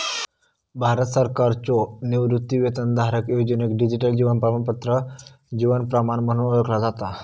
भारत सरकारच्यो निवृत्तीवेतनधारक योजनेक डिजिटल जीवन प्रमाणपत्र जीवन प्रमाण म्हणून ओळखला जाता